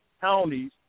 counties